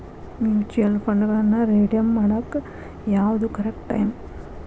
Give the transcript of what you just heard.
mutual ಫಂಡ್ಗಳನ್ನ redeem ಮಾಡಾಕ ಯಾವ್ದು ಕರೆಕ್ಟ್ ಟೈಮ್